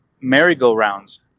merry-go-rounds